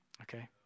Okay